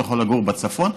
אתה יכול לגור בצפון,